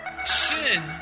Sin